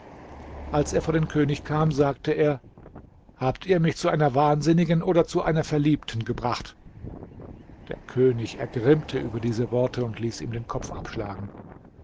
als er vor den könig kam sagte er habt ihr mich zu einer wahnsinnigen oder zu einer verliebten gebracht der könig ergrimmte über diese worte und ließ ihm den kopf abschlagen